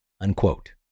unquote